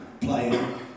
playing